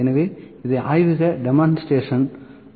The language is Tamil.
எனவே இதை ஆய்வக டெமோஸ்ட்ரேஷன்lab demonstrations